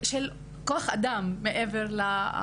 של כוח אדם מעבר לזה,